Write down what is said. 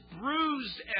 bruised